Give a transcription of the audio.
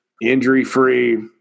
injury-free